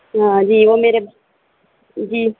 ہاں جی وہ میرے جی